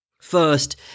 First